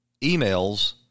emails